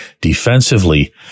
defensively